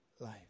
life